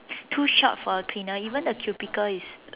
too short for a cleaner even the cubicle is